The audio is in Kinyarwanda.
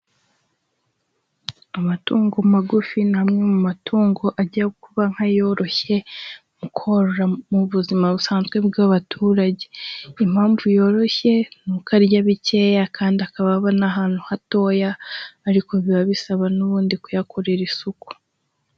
Amatungo magufi ni amwe mu matungo ajya kuba nk'ayoroshye, mu korora mu buzima busanzwe bw'abaturage, impamvu yoroshye ni uko arya bikeya kandi akaba abona ahantu hatoya ariko biba bisaba n'ubundi kuyakorera isuku.